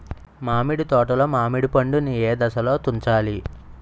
మామిడి తోటలో మామిడి పండు నీ ఏదశలో తుంచాలి?